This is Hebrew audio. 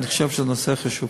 אני חושב שזה נושא חשוב.